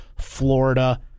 Florida